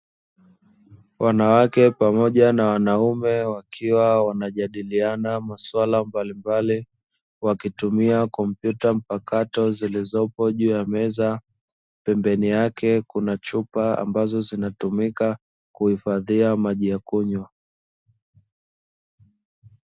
Wanawake pamoja na wanaume wakiwa wanajadiliana maswala mbalimbali wakitumia kompyuta mpakato zilizopo juu ya meza, pembeni yake kunachupa zinazotumika kuhifadhia maji ya kunywa.